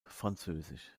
französisch